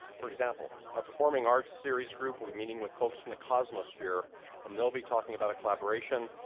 for example, our performing arts series group will be meeting with folks from the cosmosphere and they'll be talking about a collaboration.